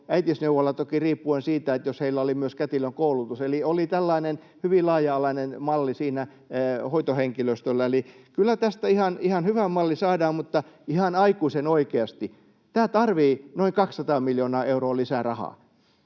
äitiysneuvola toki riippuen siitä, jos heillä oli myös kätilön koulutus. Eli hoitohenkilöstöllä oli tällainen hyvin laaja-alainen malli. Eli kyllä tästä ihan hyvä malli saadaan, mutta ihan aikuisten oikeasti: tämä tarvitsee noin 200 miljoonaa euroa lisää rahaa.